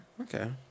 Okay